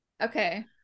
okay